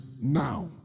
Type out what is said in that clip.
now